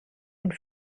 und